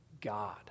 god